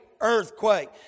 earthquake